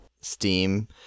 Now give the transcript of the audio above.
Steam